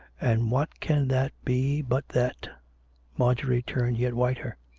and what can that be but that marjorie turned yet whiter.